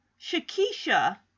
Shakisha